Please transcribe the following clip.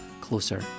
closer